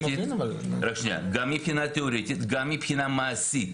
גם מבחינה מעשית,